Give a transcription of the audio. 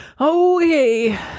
Okay